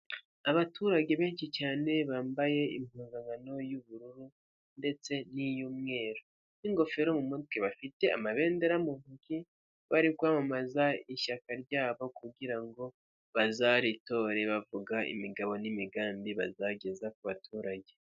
Abaturage benshi cyane bambaye imponzankano y'ubururu ndetse n'iy'umweru n'ingofero mu mutwe bafite amabendera mu ntoki, bari kwamamaza ishyaka ryabo kugira ngo bazaritore bavuga imigabo n'imigambi bazageza ku baturage.